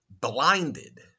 blinded